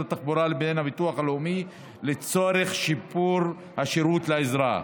התחבורה לבין הביטוח הלאומי לצורך שיפור השירות לאזרח.